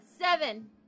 seven